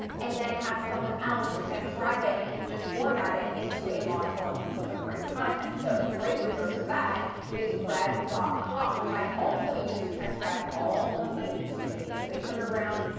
and then have someone else transcribe it and just format it into a long-form piece of written content. so, a great resource for that is rev com, which i also use to transcribe all of my youtube videos. they turn it around,